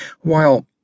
While—